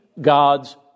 God's